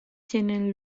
tienen